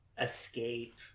escape